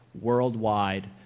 worldwide